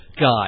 guy